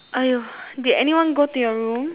!aiyo! did anyone go to your room